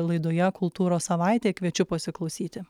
laidoje kultūros savaitė kviečiu pasiklausyti